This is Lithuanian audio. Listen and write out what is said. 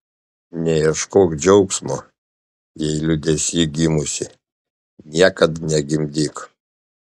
neieškok džiaugsmo jei liūdesy gimusi niekad negimdyk